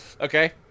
Okay